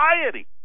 society